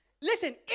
Listen